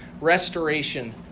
restoration